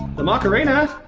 the macarena?